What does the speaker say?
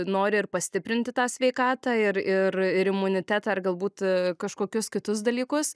nori ir pastiprinti tą sveikatą ir ir ir imunitetą ar galbūt kažkokius kitus dalykus